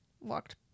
walked